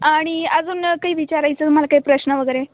आणि अजून काही विचारायचं तुम्हाला काही प्रश्न वगैरे